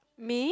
me